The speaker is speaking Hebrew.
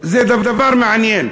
זה דבר מעניין,